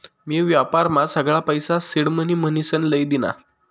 मी व्यापारमा सगळा पैसा सिडमनी म्हनीसन लई दीना